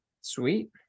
Sweet